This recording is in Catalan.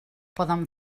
poden